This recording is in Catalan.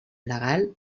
legal